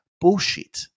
Bullshit